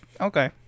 okay